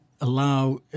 allow